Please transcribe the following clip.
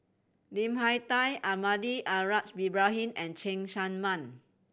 Lim Hak Tai Almahdi Al Haj Ibrahim and Cheng Tsang Man